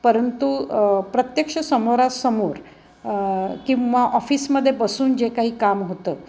परंतु प्रत्यक्ष समोरासमोर किंवा ऑफिसमध्ये बसून जे काही काम होतं